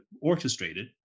orchestrated